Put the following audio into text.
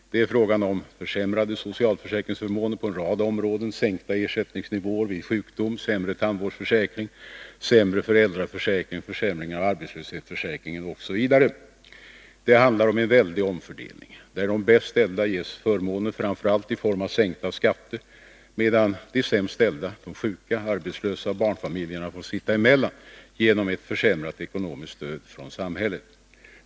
Det är frågan om försämrade socialförsäkringsförmåner på en rad områden, sänkta ersättningsnivåer vid sjukdom, sämre tandvårdsförsäkring, sämre föräldraförsäkring, försämring av arbetslöshetsförsäkringen osv. Det handlar om en väldig omfördelning, där de bäst ställda ges förmåner, framför allt i form av sänkta skatter, medan de sämst ställda, de sjuka och arbetslösa och barnfamiljerna får sitta emellan genom ett försämrat ekonomiskt stöd från samhället.